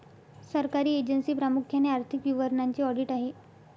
सरकारी एजन्सी प्रामुख्याने आर्थिक विवरणांचे ऑडिट करतात